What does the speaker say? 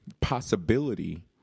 possibility